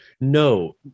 no